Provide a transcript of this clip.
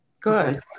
Good